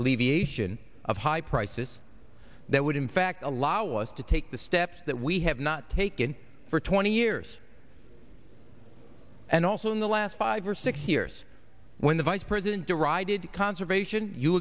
alleviation of high prices that would in fact allow us to take the steps that we have not taken for twenty years and also in the last five or six years when the vice president derided conservation you